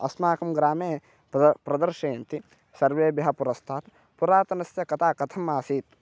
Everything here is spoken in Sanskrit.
अस्माकं ग्रामे प्रदा प्रदर्शयन्ति सर्वेभ्यः पुरस्तात् पुरातनस्य कथा कथम् आसीत्